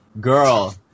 Girl